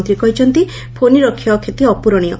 ମନ୍ତୀ କହିଛନ୍ତି ଫୋନିର କ୍ଷୟକ୍ଷତି ଅପ୍ଟରଣୀୟ